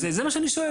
זה מה שאני שואל.